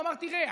הוא אמר: תראה,